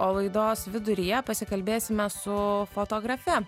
o laidos viduryje pasikalbėsime su fotografe